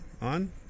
On